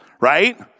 right